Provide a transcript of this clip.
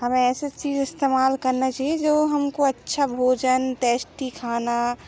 हमें ऐसी चीज़ इस्तेमाल करना चाहिए जो हमको अच्छा भोजन टैस्टी खाना